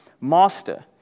Master